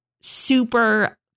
super